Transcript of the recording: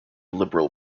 liberal